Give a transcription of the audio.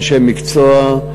אנשי מקצוע,